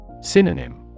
Synonym